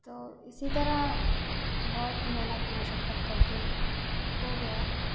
تو اسی طرح بہت محنت مشقت کر کے ہو گیا